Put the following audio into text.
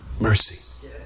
mercy